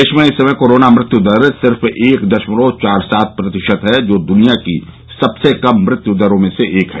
देश में इस समय कोरोना मृत्यु दर सिर्फ एक दशमलव चार सात प्रतिशत है जो दुनिया की सबसे कम मृत्यु दरों में से एक है